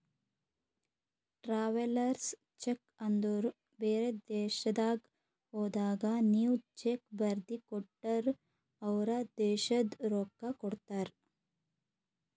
travellers cheque ಅಂದುರ್ ಬೇರೆ ದೇಶದಾಗ್ ಹೋದಾಗ ನೀವ್ ಚೆಕ್ ಬರ್ದಿ ಕೊಟ್ಟರ್ ಅವ್ರ ದೇಶದ್ ರೊಕ್ಕಾ ಕೊಡ್ತಾರ